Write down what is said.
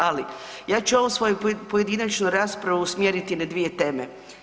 Ali, ja ću ovu svoju pojedinačnu raspravu usmjeriti na dvije teme.